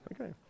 okay